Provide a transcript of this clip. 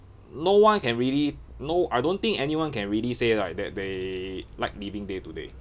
no one can really no I don't think anyone can really say right that they like living day by day